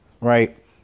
Right